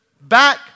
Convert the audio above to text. back